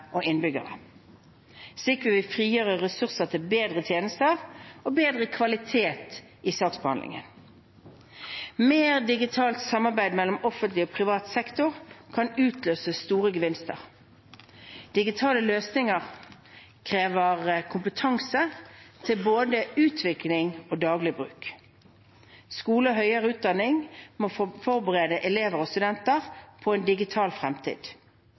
og innbyggere. Slik vil vi frigjøre ressurser til bedre tjenester og bedre kvalitet i saksbehandlingen. Mer digitalt samarbeid mellom offentlig og privat sektor kan utløse store gevinster. Digitale løsninger krever kompetanse til både utvikling og daglig bruk. Skole og høyere utdanning må forberede elever og studenter på en digital fremtid.